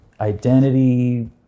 identity